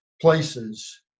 places